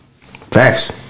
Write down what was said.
Facts